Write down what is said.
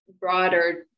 broader